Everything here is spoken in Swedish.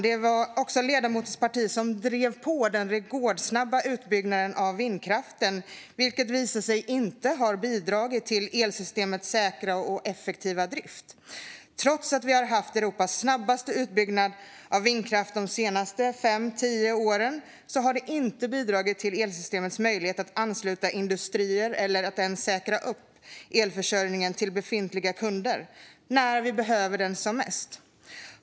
Det var också ledamotens parti som drev på den rekordsnabba utbyggnaden av vindkraften, vilket har visat sig inte bidra till elsystemets säkra och effektiva drift. Trots att vi har haft Europas snabbaste utbyggnad av vindkraft de senaste fem till tio åren har den inte bidragit till elsystemets möjlighet att ansluta industrier eller att ens säkra elförsörjningen till befintliga kunder när vi behöver den som mest.